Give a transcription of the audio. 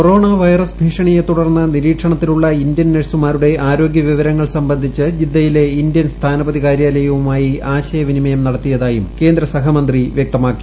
corona virus ഭീഷണിയെത്തുടർന്ന് നിരീക്ഷണത്തിലുള്ള Indian നഴ്സുമാരുടെ ആരോഗ്യ വിവരങ്ങൾ സംബന്ധിച്ച് ജിദ്ദയിലെ ഇന്ത്യൻ സ്ഥാനപതി കാര്യാലയവുമായി ആശയവിനിമയം നടത്തിയതായും കേന്ദ്ര സഹമന്ത്രി വ്യക്തമാക്കി